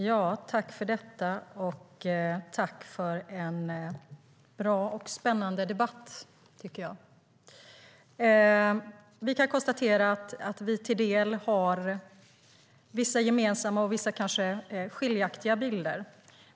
Herr talman! Jag vill tacka för en bra och spännande debatt! Vi kan konstatera att vi har vissa gemensamma och vissa skiljaktiga bilder.